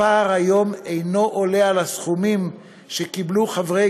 הפער היום אינו עולה על הסכומים שקיבלו חברי